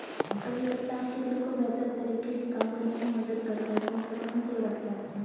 करी पत्ता आपके दिल को बेहतर तरीके से काम करने में मदद करता है, संक्रमण से लड़ता है